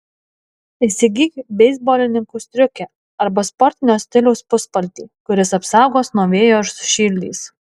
įsigyk beisbolininkų striukę arba sportinio stiliaus puspaltį kuris apsaugos nuo vėjo ir sušildys